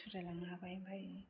सुस्रायलांनो हाबाय आमफ्राइ